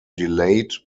delayed